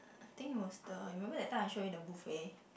I think it was the remember that time I show you the buffet